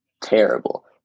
terrible